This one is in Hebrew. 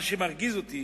מה שמרגיז אותי